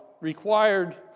required